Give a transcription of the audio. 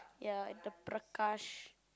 ya and the Prakash